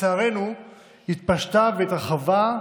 שלצערנו התפשטה והתרחבה,